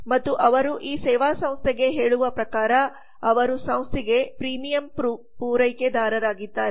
ಮತ್ತು ಅವರು ಈ ಸೇವಾ ಸಂಸ್ಥೆಗೆ ಹೇಳುವ ಪ್ರಕಾರ ಅವರು ಸಂಸ್ಥೆಗೆ ಪ್ರೀಮಿಯಂ ಪೂರೈಕೆದಾರರಾಗಿದ್ದಾರೆ